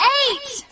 eight